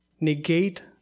negate